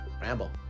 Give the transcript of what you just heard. Ramble